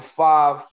five